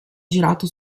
girato